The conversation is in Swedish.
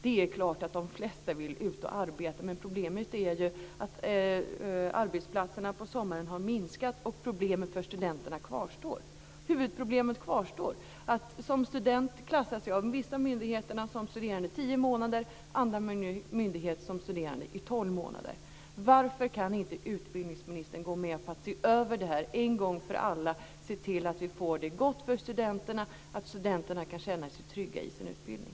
Det är klart att de flesta vill ut och arbeta, men problemet är ju att arbetstillfällena på sommaren har minskat. Huvudproblemet för studenterna kvarstår. Som student klassas jag av vissa myndigheter som studerande i tio månader, av andra myndigheter som studerande i tolv månader. Varför kan inte utbildningsministern gå med på att se över det här en gång för alla och se till att vi får det gott för studenterna, att studenterna kan känna sig trygga i sin utbildning?